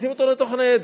מכניסים אותו לתוך ניידת.